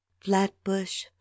Flatbush